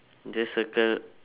just circle